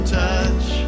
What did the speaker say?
touch